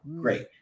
great